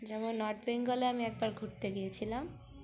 যেমন নর্থ বেঙ্গলে আমি একবার ঘুরতে গিয়েছিলাম